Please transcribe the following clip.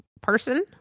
person